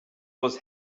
was